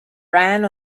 ran